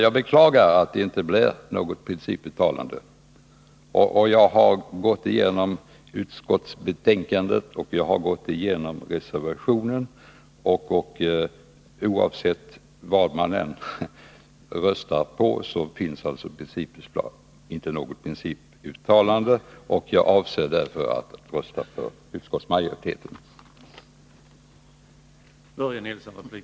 Jag beklagar att det inte blir något principuttalande. Jag har gått igenom utskottsbetänkande och reservation, och oavsett vad man röster på blir inte resultatet något principuttalande. Jag avser därför att rösta för utskottsmajoritetens hemställan.